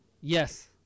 Yes